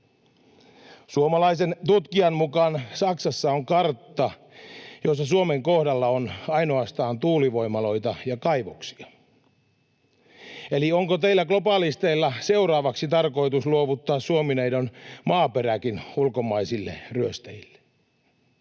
Suomalaisen tutkijan mukaan Saksassa on kartta, jossa Suomen kohdalla on ainoastaan tuulivoimaloita ja kaivoksia. Eli onko teillä globalisteilla seuraavaksi tarkoitus luovuttaa Suomi-neidon maaperäkin ulkomaisille ryöstäjille?